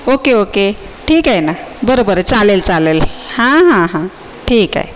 okay okay ठीक आहे ना बरं बरं चालेल चालेल हां हां हां ठीक आहे